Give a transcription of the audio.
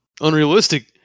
unrealistic